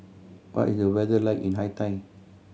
what is the weather like in Haiti